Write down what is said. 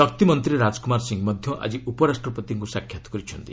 ଶକ୍ତି ମନ୍ତ୍ରୀ ରାଜକୁମାର ସିଂହ ମଧ୍ୟ ଆଜି ଉପରାଷ୍ଟ୍ରପତିଙ୍କୁ ସାକ୍ଷାତ କରିଛନ୍ତି